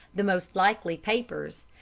the most likely papers,